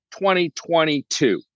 2022